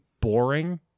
boring